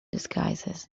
disguises